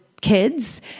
kids